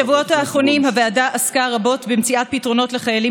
בשבועות האחרונים הוועדה עסקה רבות במציאת פתרונות לחיילים